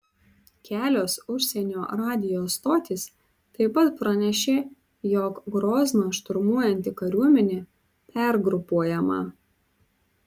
kelios užsienio radijo stotys taip pat pranešė jog grozną šturmuojanti kariuomenė pergrupuojama